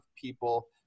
people